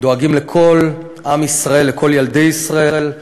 דואגים לכל עם ישראל, לכל ילדי ישראל,